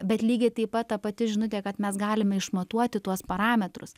bet lygiai taip pat ta pati žinutė kad mes galime išmatuoti tuos parametrus